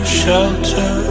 shelter